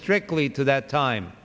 strictly to that time